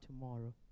tomorrow